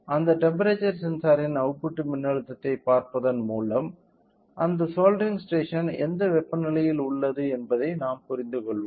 அந்த டெம்ப்பெரேச்சர் சென்சாரின் அவுட்புட் மின்னழுத்தத்தைப் பார்ப்பதன் மூலம் அந்த சோல்டரிங் ஸ்டேஷன் எந்த வெப்பநிலையில் உள்ளது என்பதை நாம் புரிந்துகொள்வோம்